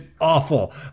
awful